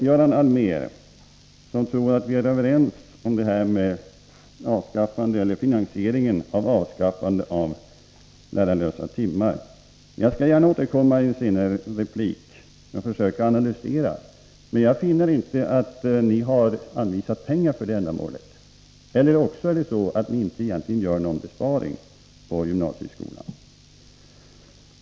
Göran Allmér tror att vi är överens om finansieringen av avskaffandet av lärarlösa timmar. Jag skall gärna återkomma i en senare replik med ett försök till analys, men jag finner inte att ni har anvisat pengar för ändamålet. Eller är det så att ni egentligen inte gör någon besparing på gymnasieskolan?